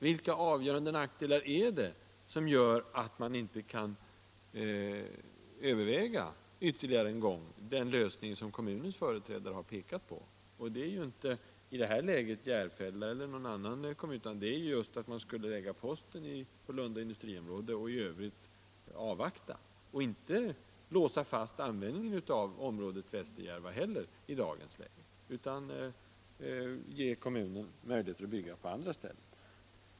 Vilka avgörande nackdelar är det som gör att man inte ytterligare en gång kan överväga den lösning som kommunens företrädare pekat på? Den lösningen är ju i detta läge inte Järva eller någon annan kommun. Förslaget är ju att man skulle lägga posten på Lunda industriområde samt i övrigt avvakta och i dagens läge inte låsa fast förslaget om användningen av området vid Västerjärva. Man skulle ge kommunen möjligheten att bygga på andra ställen.